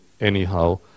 anyhow